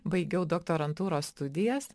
baigiau doktorantūros studijas